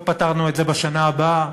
לא פתרנו את זה בשנה הבאה,